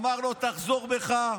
ואמר לו: תחזור בך.